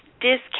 discount